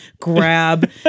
grab